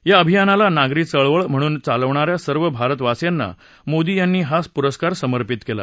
या अभियानाला नागरी चळवळ म्हणून चालवणाऱ्या सर्व भारतवासीयांना मोदी यांनी हा पुरस्कार समर्पित केला